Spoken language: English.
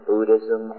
Buddhism